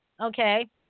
okay